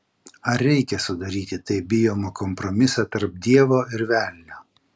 ar reikia sudaryti taip bijomą kompromisą tarp dievo ir velnio